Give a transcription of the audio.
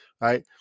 right